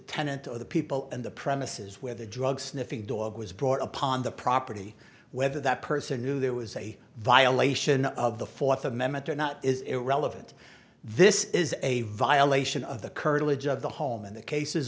tenant of the people and the premises where the drug sniffing dog was brought upon the property whether that person knew there was a violation of the fourth amendment or not is irrelevant this is a violation of the curtilage of the home and the cases